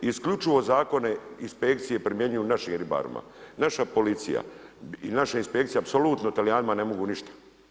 Isključivo zakone inspekcije primjenjuju našim ribarima, naša policija i naša inspekcija apsolutno Talijanima ne mogu ništa.